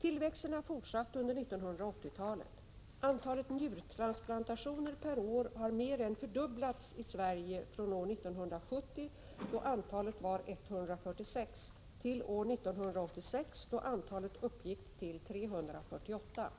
Tillväxten har fortsatt under 1980-talet. Antalet njurtransplantationer per år har mer än fördubblats i Sverige från år 1970 då antalet var 146 till år 1986 då antalet uppgick till 348.